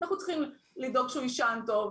אנחנו צריכים לדאוג שהוא יישן טוב,